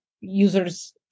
users